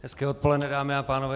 Hezké odpoledne, dámy a pánové.